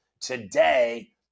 today